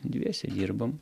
dviese dirbam